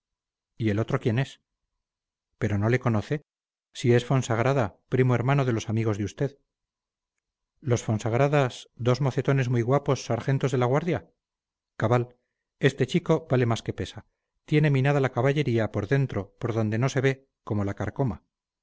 y el otro quién es pero no le conoce si es fonsagrada primo hermano de los amigos de usted los fonsagradas dos mocetones muy guapos sargentos de la guardia cabal este chico vale más que pesa tiene minada la caballería por dentro por donde no se ve como la carcoma